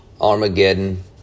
Armageddon